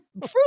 Fruit